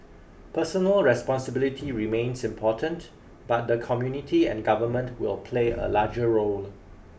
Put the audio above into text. personal responsibility remains important but the community and government will play a larger role